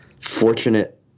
fortunate